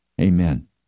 Amen